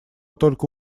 только